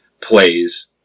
plays